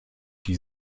die